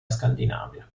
scandinavia